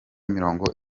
mirongo